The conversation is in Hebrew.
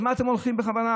אז מה אתם הולכים בכוונה?